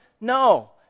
No